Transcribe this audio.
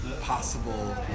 possible